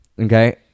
okay